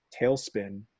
tailspin